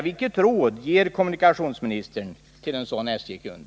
Vilket råd har kommunikationsministern att ge en sådan SJ-kund?